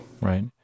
right